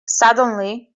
suddenly